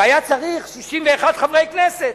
והיה צריך 61 חברי כנסת.